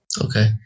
Okay